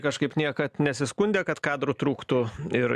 kažkaip niekad nesiskundė kad kadrų trūktų ir